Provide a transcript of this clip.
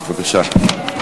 בבקשה.